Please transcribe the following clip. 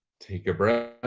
take a breath